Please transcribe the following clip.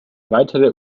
weitere